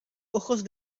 ojos